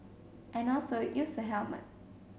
and also use a helmet